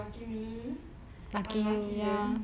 lucky me unlucky them